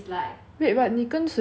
wait but 你跟谁去